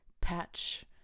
patch